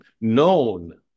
known